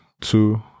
two